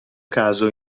caso